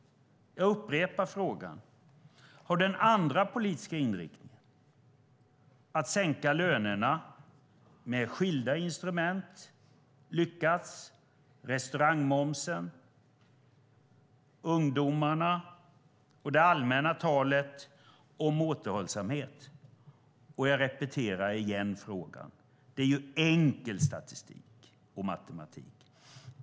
Jag upprepar frågan. Har den andra politiska inriktningen att med skilda instrument sänka lönerna, restaurangmomsen och arbetsgivaravgiften för ungdomar och det allmänna talet om återhållsamhet lyckats? Låt mig repetera frågan. Det är enkel statistik och matematik.